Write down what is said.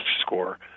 score